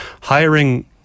Hiring